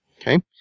Okay